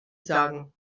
sagen